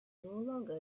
longer